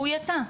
הוא יצא,